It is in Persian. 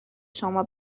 شما